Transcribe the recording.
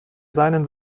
seinen